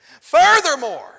Furthermore